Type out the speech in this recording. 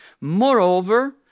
Moreover